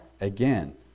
again